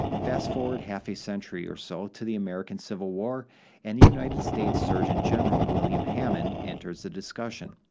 fast forward half a century or so to the american civil war and united states surgeon general, william hammond, enters the discussion.